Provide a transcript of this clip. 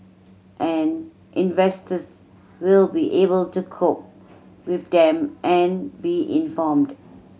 and investors will be able to cope with them and be informed